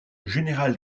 général